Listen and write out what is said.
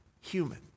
human